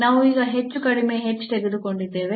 ನಾವು ಈಗ ಹೆಚ್ಚು ಕಡಿಮೆ h ತೆಗೆದುಕೊಂಡಿದ್ದೇವೆ